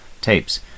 tapes